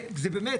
זה באמת,